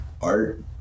art